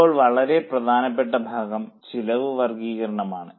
ഇപ്പോൾ വളരെ പ്രധാനപ്പെട്ട ഭാഗം ചെലവ് വർഗ്ഗീകരണം ആണ്